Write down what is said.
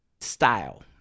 style